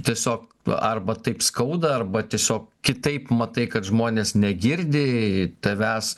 tiesiog arba taip skauda arba tiesiog kitaip matai kad žmonės negirdi tavęs